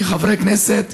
כחברי כנסת,